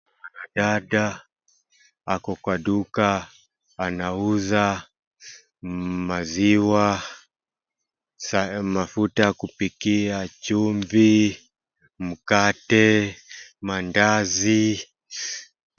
Dada ako kwa duka anauza maziwa, mafuta ya kupikia, chumvi, mkate, mandazi.